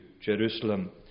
Jerusalem